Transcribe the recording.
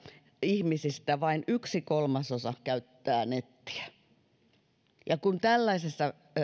ihmisistä vain yksi kolmasosa käyttää nettiä kun tällaisessa